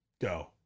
Go